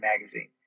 Magazine